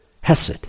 Hesed